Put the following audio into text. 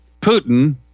Putin